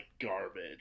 garbage